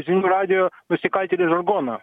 žinių radijo nusikaltėlių žargoną